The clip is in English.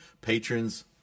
Patrons